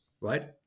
right